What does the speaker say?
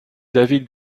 david